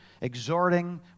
exhorting